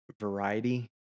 variety